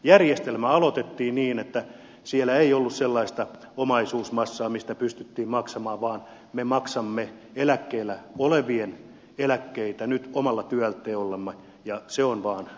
järjestelmä aloitettiin niin että siellä ei ollut sellaista omaisuusmassaa mistä pystyttiin maksamaan vaan me maksamme eläkkeellä olevien eläkkeitä nyt omalla työnteollamme ja se on vaan